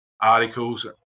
articles